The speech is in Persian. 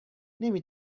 نمی